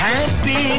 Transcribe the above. Happy